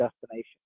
destination